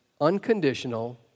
unconditional